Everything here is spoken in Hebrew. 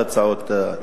את ההצעות.